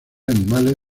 animales